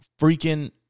freaking